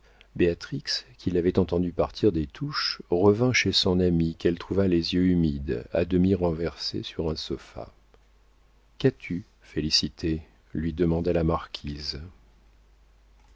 qui l'avait entendu partir des touches revint chez son amie qu'elle trouva les yeux humides à demi renversée sur un sofa qu'as-tu félicité lui demanda la marquise